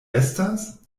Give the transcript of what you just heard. estas